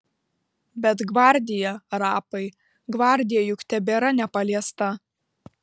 bet gvardija rapai gvardija juk tebėra nepaliesta